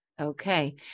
Okay